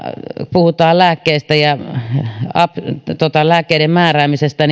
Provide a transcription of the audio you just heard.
puhutaan lääkkeistä ja lääkkeiden määräämisestä